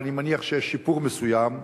אבל אני מניח שיש שיפור מסוים.